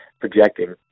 projecting